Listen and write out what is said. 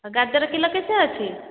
ଗାଜର କିଲୋ କେତେ ଅଛି